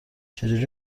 چجوری